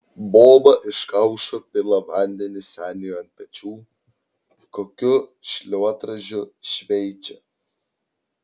boba iš kaušo pila vandenį seniui ant pečių kokiu šluotražiu šveičia